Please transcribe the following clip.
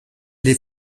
les